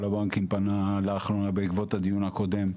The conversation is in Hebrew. הבנקים פנה לאחרונה בעקבות הדיון הקודם,